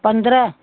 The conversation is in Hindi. पंद्रह